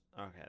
Okay